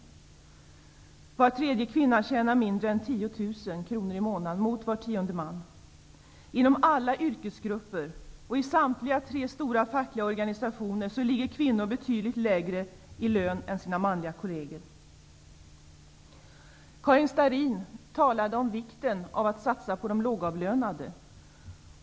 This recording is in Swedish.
Var tredje kvinna tjänar mindre än 10 000 kr i månaden; det gör bara var tionde man. Inom alla yrkesgrupper och i samtliga tre stora fackliga organisationer ligger kvinnor betydligt lägre i lön än sina manliga kolleger. Karin Starrin framhöll vikten av att satsa på de lågavlönade.